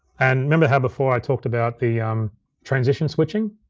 and remember how before, i talked about the transition switching?